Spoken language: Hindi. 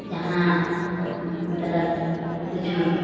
जहाँ मतलब कुछ